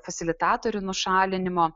fasilitatorių nušalinimo